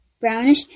brownish